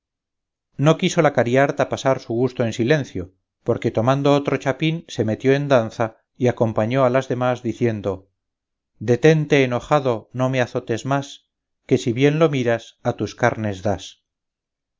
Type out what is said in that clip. no quiso la cariharta pasar su gusto en silencio porque tomando otro chapín se metió en danza y acompañó a las demás diciendo detente enojado no me azotes más que si bien lo miras a tus carnes das